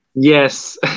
Yes